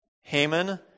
Haman